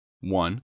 One